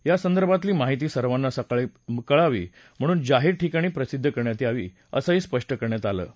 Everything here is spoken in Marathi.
यासंदर्भातली माहिती सर्वांना कळावी म्हणून जाहीर ठिकाणी प्रसिद्ध करण्यात यावी असंही स्पष्ट करण्यात आलं आहे